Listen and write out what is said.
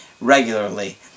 regularly